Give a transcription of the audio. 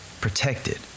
protected